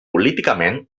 políticament